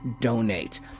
donate